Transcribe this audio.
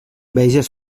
veges